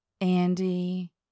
Andy